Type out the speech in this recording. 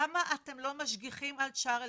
למה אתם לא משגיחים על צ'רלטון?